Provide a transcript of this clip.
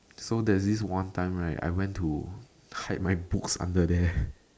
so there's this one time right I went to hide my books under there